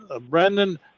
Brandon